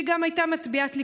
שגם הייתה מצביעת ליכוד,